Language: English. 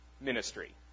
ministry